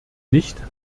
nicht